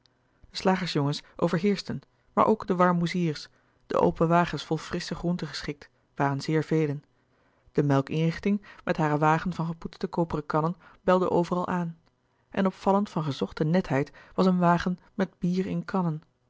de slagersjongens overheerschten maar ook de warmoeziers de open wagens vol frissche groente geschikt waren zeer velen de melkinrichting met hare wagen van gepoetste koperen kannen belde overal aan en opvallend van gezochte netheid was een wagen met bier in kannen de koetsier